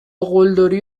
قلدری